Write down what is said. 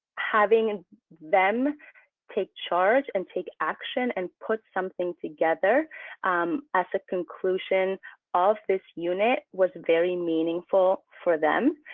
having and them take charge and take action and put something together as a conclusion of this unit was very meaningful for them.